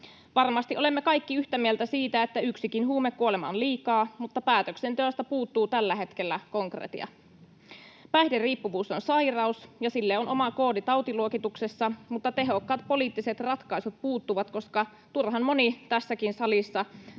Varmasti olemme kaikki yhtä mieltä siitä, että yksikin huumekuolema on liikaa, mutta päätöksenteosta puuttuu tällä hetkellä konkretia. Päihderiippuvuus on sairaus, ja sille on oma koodi tautiluokituksessa, mutta tehokkaat poliittiset ratkaisut puuttuvat, koska turhan moni tässäkin salissa